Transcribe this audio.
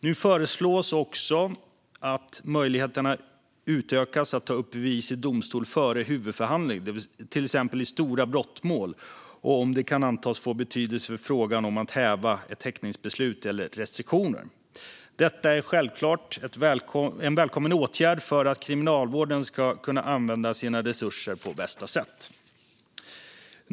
Nu föreslås också att möjligheterna utökas att ta upp bevis i domstol före huvudförhandling, till exempel vid stora brottmål, och om det kan antas få betydelse för frågan att häva ett häktningsbeslut eller restriktioner. Detta är självklart en välkommen åtgärd för att Kriminalvården ska kunna använda sina resurser på bästa sätt.